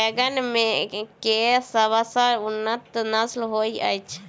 बैंगन मे केँ सबसँ उन्नत नस्ल होइत अछि?